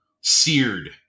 Seared